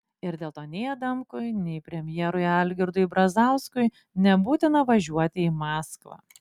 ir dėl to nei adamkui nei premjerui algirdui brazauskui nebūtina važiuoti į maskvą